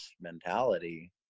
mentality